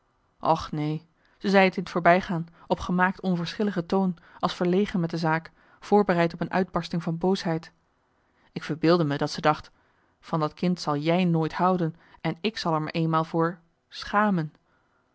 och neen ze zei t in t voorbijgaan op gemaakt onverschillige toon als verlegen met de zaak voorbereid op een uitbarsting van boosheid ik verbeeldde me dat ze dacht van dat kind zal jij nooit houden en ik zal er me eenmaal voor schamen